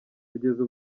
kugeza